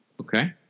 Okay